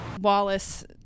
Wallace